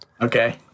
Okay